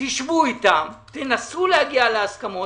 - שבו אתם, נסו להגיע להסכמות.